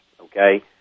okay